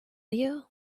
you